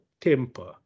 temper